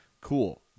cool